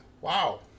Wow